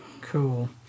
Cool